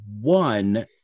one